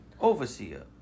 Overseer